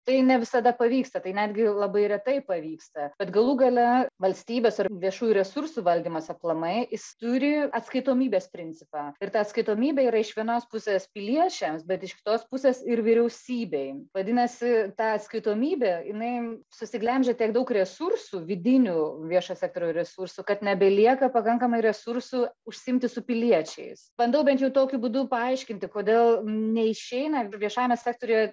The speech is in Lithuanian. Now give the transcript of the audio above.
tai ne visada pavyksta tai netgi labai retai pavyksta bet galų gale valstybės ir viešųjų resursų valdymas aplamai jis turi atskaitomybės principą ir ta atskaitomybė yra iš vienos pusės piliečiams bet iš kitos pusės ir vyriausybei vadinasi ta atskaitomybė jinai susiglemžia tiek daug resursų vidinių viešo sektorio resursų kad nebelieka pakankamai resursų užsiimti su piliečiais bandau bent jau tokiu būdu paaiškinti kodėl neišeina viešajame sektoriuje